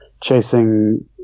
chasing